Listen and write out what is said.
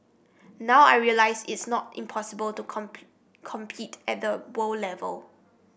now I realise it's not impossible to compete at the world level